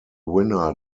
winner